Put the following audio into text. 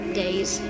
days